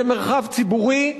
זה מרחב ציבורי,